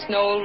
no